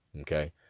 okay